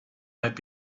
might